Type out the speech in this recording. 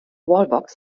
wallbox